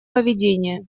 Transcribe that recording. поведения